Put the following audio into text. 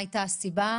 מה הייתה הסיבה?